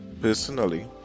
personally